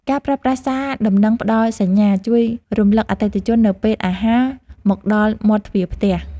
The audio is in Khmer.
ការប្រើប្រាស់សារដំណឹងផ្ដល់សញ្ញា ជួយរំលឹកអតិថិជននៅពេលអាហារមកដល់មាត់ទ្វារផ្ទះ។